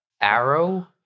arrow